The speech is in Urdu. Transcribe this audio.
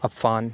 عفان